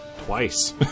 twice